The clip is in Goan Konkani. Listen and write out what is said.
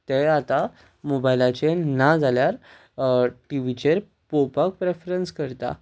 ते आतां मोबायलाचेर ना जाल्यार टिवीचेर पळोवपाक प्रेफरन्स करता